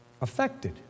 affected